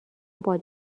باد